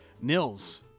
Nils